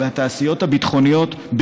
ולתעשיות הביטחוניות,